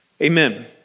Amen